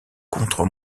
contre